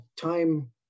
Time